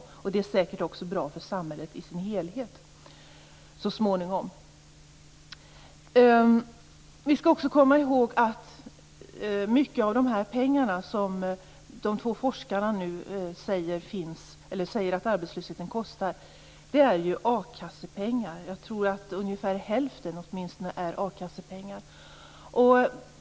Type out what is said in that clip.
Säkert är det så småningom också bra för samhället i sin helhet. Vi skall också komma ihåg att mycket av de pengar som de två forskarna nu säger att arbetslösheten kostar är a-kassepengar. Jag tror att åtminstone ungefär hälften är a-kassepengar.